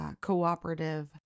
cooperative